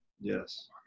Yes